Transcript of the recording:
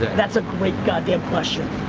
that's a great goddamn question.